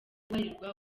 guharirwa